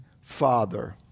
father